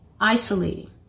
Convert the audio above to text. isolating